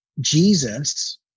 Jesus